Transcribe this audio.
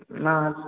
না